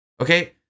okay